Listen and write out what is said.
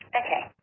ok.